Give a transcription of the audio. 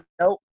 nope